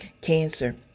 cancer